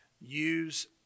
use